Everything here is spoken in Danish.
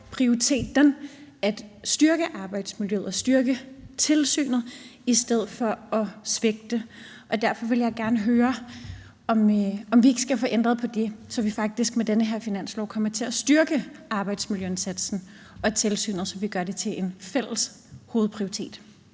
er prioriteten at styrke arbejdsmiljøet og styrke tilsynet i stedet for at svigte det. Derfor vil jeg gerne høre, om vi ikke skal få ændret på det, så vi faktisk med den her finanslov kommer til at styrke arbejdsmiljøindsatsen og tilsynet, og så vi gør det til en fælles hovedprioritet?